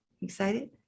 Excited